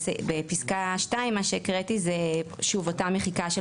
ובפסקה 2 מה שהקראתי זה שוב אותה מחיקה של